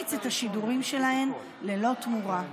להפיץ את השידורים שלהן ללא תמורה.